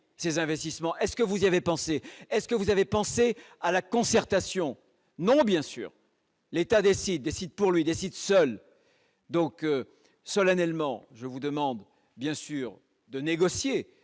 ces investissements est-ce que vous avez pensé est-ce que vous avez pensé à la concertation, non, bien sûr. L'État décide décide pour lui décide seul donc solennellement, je vous demande bien sûr, de négocier,